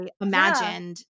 imagined